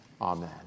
Amen